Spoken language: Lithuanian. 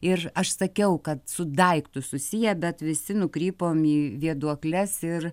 ir aš sakiau kad su daiktu susiję bet visi nukrypom į vėduokles ir